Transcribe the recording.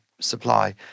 supply